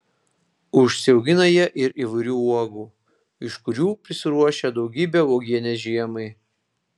užsiaugina jie ir įvairių uogų iš kurių prisiruošia daugybę uogienės žiemai